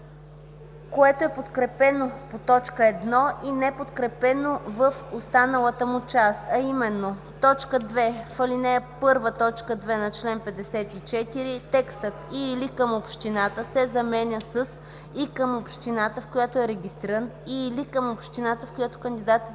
което е подкрепено по т. 1 и неподкрепено в останалата му част, а именно: „2. В ал. 1 т. 2 на чл. 54 текстът „и/или към община” се заменя с „и към общината, в която е регистриран, и/или към общината, в която кандидатът